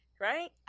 right